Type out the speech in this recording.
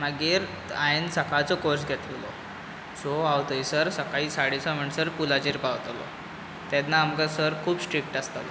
मागीर हांयेन सकाळचो कोर्स घेतलो सो हांव थंयसर सकाळचो साडे स म्हणसर पुलाचेर पावतालों तेन्ना आमकां सर खूब स्ट्रीक्ट आसतालो